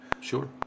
Sure